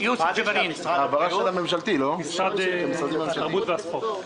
זה משרד התרבות והספורט.